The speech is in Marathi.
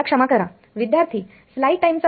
मला क्षमा करा